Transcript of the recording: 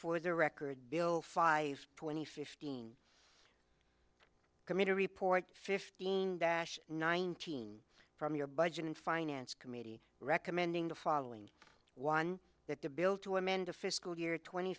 for the record bill five twenty fifteen committee report fifteen dash nineteen from your budget and finance committee recommending the following one that the bill to amend a fiscal year tw